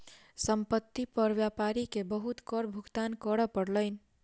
संपत्ति पर व्यापारी के बहुत कर भुगतान करअ पड़लैन